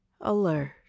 alert